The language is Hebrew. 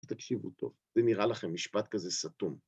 תקשיבו טוב, זה נראה לכם משפט כזה סתום.